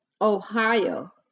Ohio